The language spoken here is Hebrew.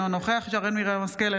אינו נוכח שרן מרים השכל,